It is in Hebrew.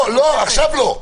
לא, עכשיו לא.